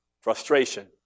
frustration